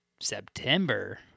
September